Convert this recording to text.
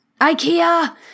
ikea